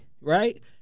Right